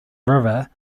river